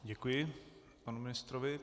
Děkuji panu ministrovi.